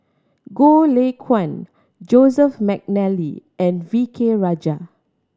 Goh Lay Kuan Joseph McNally and V K Rajah